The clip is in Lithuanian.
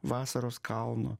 vasaros kalno